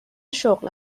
شغل